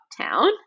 town